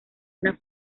una